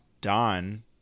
Don